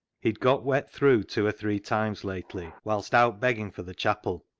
had got wet through two or three times lately whilst out begging for the chapel,